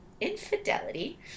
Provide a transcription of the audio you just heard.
infidelity